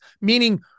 Meaning